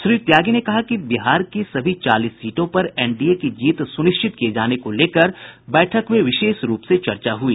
श्री त्यागी ने कहा कि बिहार की सभी चालीस सीटों पर एनडीए की जीत सुनिश्चित किये जाने को लेकर बैठक में विशेष रूप से चर्चा हुई